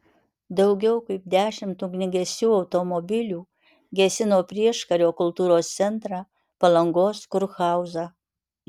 daugiau kaip dešimt ugniagesių automobilių gesino prieškario kultūros centrą palangos kurhauzą